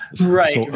Right